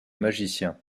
magicien